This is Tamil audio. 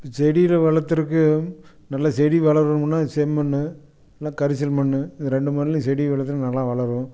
செடியில் வளர்த்துருக்கு நல்லா செடி வளரணும்னால் செம்மண் இல்லை கரிசல் மண் இது ரெண்டு மண்லேயும் செடி விளைச்சல் நல்லா வளரும்